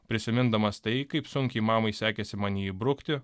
prisimindamas tai kaip sunkiai mamai sekėsi man jį įbrukti